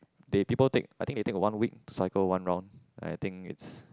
they people take I think they take a one week cycle one round and I think it's